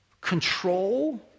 control